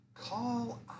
call